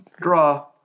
draw